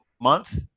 month